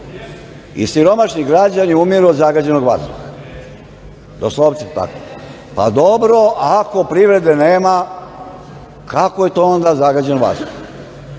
i siromašni građani umiru od zagađenog vazduha, doslovce tako. Dobro, ako privrede nema, kako je to onda zagađen vazduh?